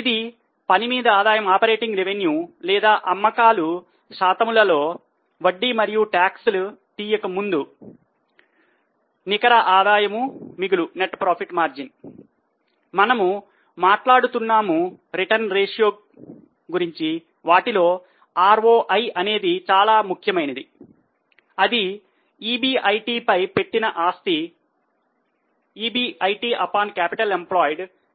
ఇది పనిమీద ఆదాయము